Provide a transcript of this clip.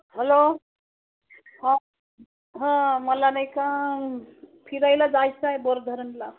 hello ह हं मला नाही का फिरायला जायचं आहे बोर धरणला